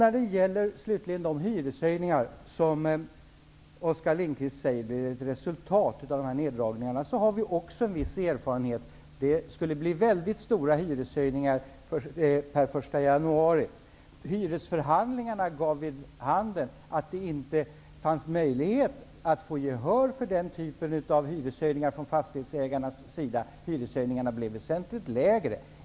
När det slutligen gäller de hyreshöjningar som Oskar Lindkvist säger blir ett resultat av neddragningarna har vi också en viss erfarenhet. Det skulle bli väldigt stora hyreshöjningar den 1 januari. Hyresförhandlingarna gav dock vid handen att det inte var möjligt att få gehör för den typen av hyreshöjningar från fastighetsägarnas sida. Hyreshöjningarna blev väsentligt lägre.